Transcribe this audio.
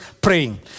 praying